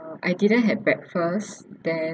I didn't had breakfast then